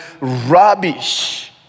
rubbish